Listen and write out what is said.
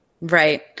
Right